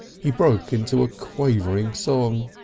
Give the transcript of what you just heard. he broke into a quavering song.